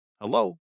Hello